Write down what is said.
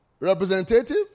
Representative